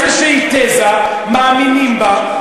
מאמינים בה.